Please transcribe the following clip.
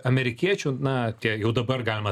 amerikiečių na tie jau dabar galima